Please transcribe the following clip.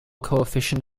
coefficient